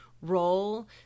role